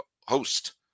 host